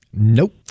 Nope